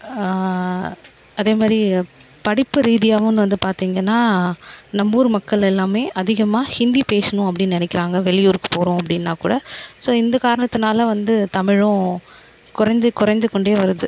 அதே மாரி படிப்பு ரீதியாவுன் வந்து பார்த்திங்கன்னா நம்ப ஊர் மக்கள் எல்லாமே அதிகமாக ஹிந்தி பேசணும் அப்படினு நினைக்கிறாங்க வெளியூருக்கு போகறோம் அப்படின்னா கூட ஸோ இந்த காரணத்துனால வந்து தமிழும் குறைந்து குறைந்துக்கொண்டே வருது